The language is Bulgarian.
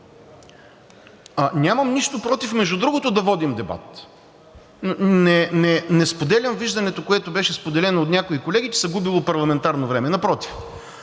Нямам нищо против, между другото, да водим дебат. Не споделям виждането, което беше споделено от някои колеги, че се губело парламентарно време. Напротив,